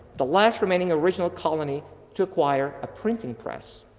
the last remaining original colony to acquire a printing press.